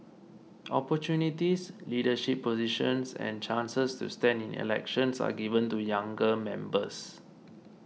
opportunities leadership positions and chances to stand in elections are given to younger members